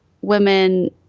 women